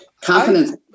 confidence